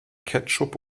ketchup